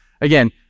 again